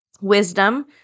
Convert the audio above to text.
wisdom